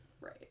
Right